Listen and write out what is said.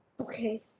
Okay